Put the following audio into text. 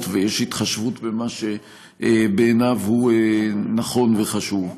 ויש התחשבות במה שבעיניו הוא נכון וחשוב.